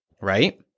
right